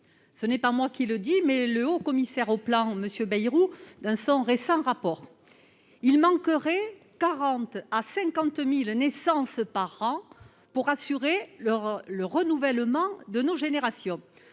Ce n'est pas moi qui le dis, mais le haut-commissaire au plan, M. Bayrou, dans son récent rapport. Il manquerait 40 000 à 50 000 naissances par an pour assurer le renouvellement de nos générations.